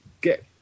get